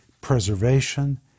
preservation